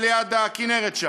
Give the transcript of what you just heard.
ליד הכינרת שם,